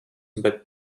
bet